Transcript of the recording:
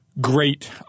Great